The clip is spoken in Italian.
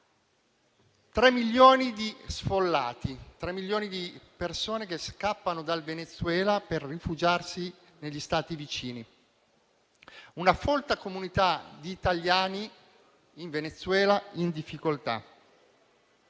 3 milioni di sfollati, 3 milioni di persone scappati dal Venezuela per rifugiarsi negli Stati vicini; una folta comunità di italiani in Venezuela in difficoltà.